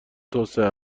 توسعه